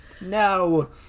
No